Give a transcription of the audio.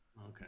Okay